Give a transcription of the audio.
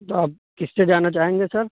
تو آپ کس سے جانا چاہیں گے سر